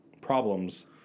problems